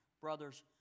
brother's